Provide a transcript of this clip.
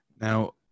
Now